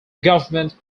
government